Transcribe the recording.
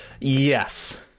Yes